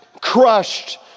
crushed